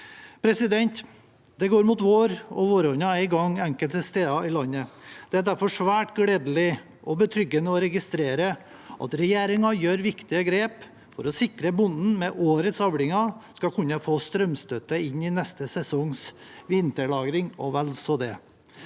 ordningen. Det går mot vår, og våronna er i gang enkelte steder i landet. Det er derfor svært gledelig og betryggende å registrere at regjeringen tar viktige grep for å sikre at bonden med årets avlinger skal kunne få strømstøtte inn i neste sesongs vinterlagring – og vel så det.